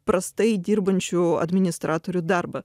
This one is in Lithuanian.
prastai dirbančių administratorių darbą